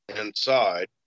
inside